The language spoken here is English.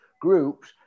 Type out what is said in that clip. groups